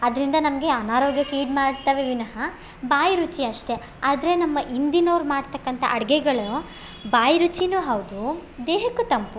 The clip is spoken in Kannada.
ಅದರಿಂದ ನಮಗೆ ಅನಾರೋಗ್ಯಕ್ಕೆ ಈಡು ಮಾಡ್ತಾವೆ ವಿನಹ ಬಾಯಿ ರುಚಿ ಅಷ್ಟೇ ಆದರೆ ನಮ್ಮ ಹಿಂದಿನೋರ್ ಮಾಡ್ತಕ್ಕಂಥ ಅಡುಗೆಗಳು ಬಾಯಿ ರುಚಿನೂ ಹೌದು ದೇಹಕ್ಕೂ ತಂಪು